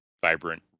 vibrant